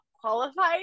qualified